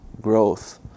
growth